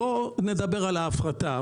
נדבר על ההפרטה.